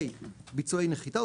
ביצועי נחיתה,